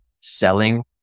selling